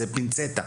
זה פינצטה,